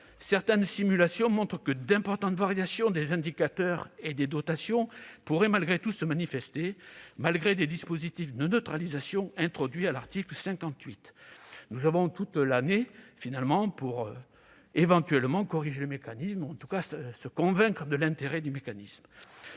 certaines simulations montrent que d'importantes variations des indicateurs et des dotations pourraient malgré tout se manifester, en dépit des dispositifs de neutralisation introduits à l'article 58. Nous avons toute l'année pour éventuellement corriger le mécanisme, ou à tout le moins nous convaincre de son intérêt. D'autre